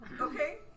Okay